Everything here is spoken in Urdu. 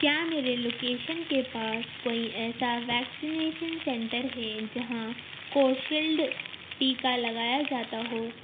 کیا میری لوکیشن کے پاس کوئی ایسا ویکسینیشن سنٹر ہے جہاں کوشیلڈ ٹیکا لگایا جاتا ہو